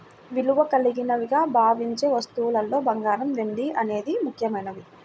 విలువ కలిగినవిగా భావించే వస్తువుల్లో బంగారం, వెండి అనేవి ముఖ్యమైనవి